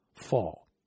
fall